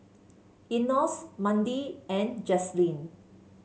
Enos Mandi and Jazlene